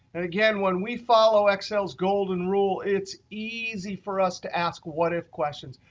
and again when we follow excel's golden rule, it's easy for us to ask what if questions.